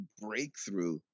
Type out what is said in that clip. breakthrough